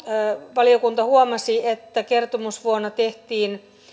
valiokunta huomasi että kertomusvuonna tehtiin